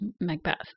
Macbeth